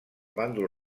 bàndol